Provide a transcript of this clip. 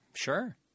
Sure